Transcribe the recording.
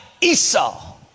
Esau